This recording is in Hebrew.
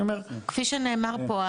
אני אומר --- כפי שנאמר פה,